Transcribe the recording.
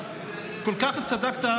כל כך צדקת,